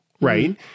Right